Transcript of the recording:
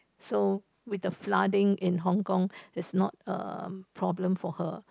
so with the flooding in Hong-Kong is not um problem for her